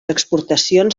exportacions